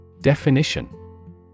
Definition